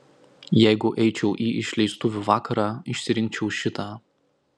jeigu eičiau į išleistuvių vakarą išsirinkčiau šitą